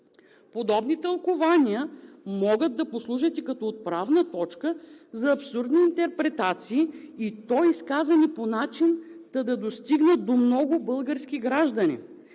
Подобни тълкувания могат да послужат и като отправна точка за абсурдни интерпретации, и то изказани по начин, та да достигнат до много български граждани.